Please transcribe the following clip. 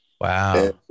Wow